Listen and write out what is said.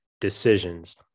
decisions